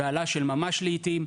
בהלה של ממש לעיתים.